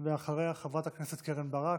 אחריה, חברת הכנסת קרן ברק.